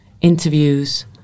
interviews